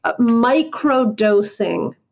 microdosing